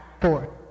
four